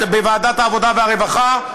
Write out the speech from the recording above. בוועדת העבודה והרווחה,